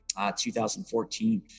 2014